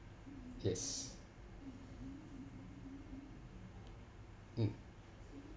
yes mm